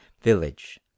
village